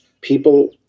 people